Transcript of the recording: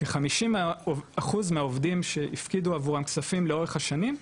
כ- 50% מהעובדים שהפקידו עבורם כספים לאורך שנים,